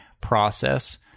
process